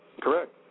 Correct